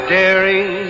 daring